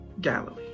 Galilee